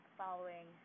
following